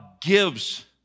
gives